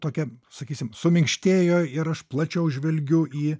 tokia sakysim suminkštėjo ir aš plačiau žvelgiu į